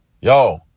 Yo